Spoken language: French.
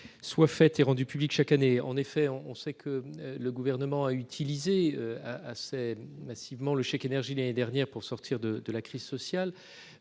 soit faite et rendue publique chaque année en effet, on sait que le gouvernement a utilisé assez massivement le chèque énergie l'année dernière pour sortir de la crise sociale